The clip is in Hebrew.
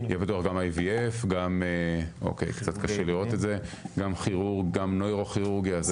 ה-IVF, גם נוירו-כירורגיה.